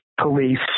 police